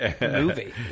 movie